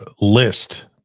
list